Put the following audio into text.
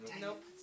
Nope